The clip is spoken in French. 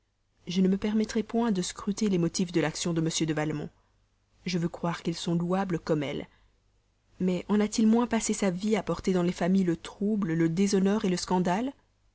je ne me permettrai point de scruter les motifs de l'action de m de valmont je veux les croire louables comme elle mais en a-t-il moins passé sa vie à porter dans les familles le trouble le déshonneur le scandale